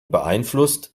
beeinflusst